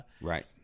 Right